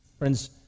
Friends